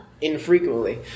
infrequently